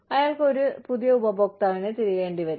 അയാൾക്ക് ഒരു പുതിയ ഉപഭോക്താവിനെ തിരയേണ്ടി വരും